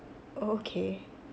okay